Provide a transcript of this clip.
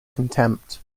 contempt